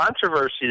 controversy